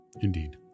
Indeed